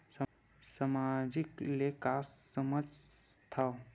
सामाजिक ले का समझ थाव?